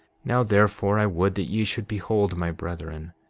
now therefore, i would that ye should behold, my brethren,